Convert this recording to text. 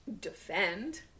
defend